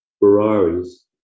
Ferraris